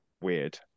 weird